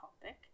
topic